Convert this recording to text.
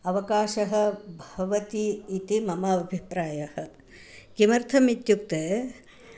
अवकाशः भवति इति मम अभिप्रायः किमर्थम् इत्युक्ते